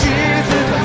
Jesus